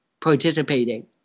participating